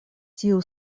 tiu